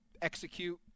execute